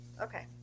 Okay